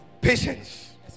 patience